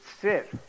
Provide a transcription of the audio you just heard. sit